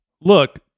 Look